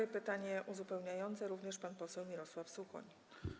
I pytanie uzupełniające - również pan poseł Mirosław Suchoń.